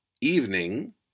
evening